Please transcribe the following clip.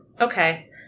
okay